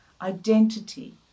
Identity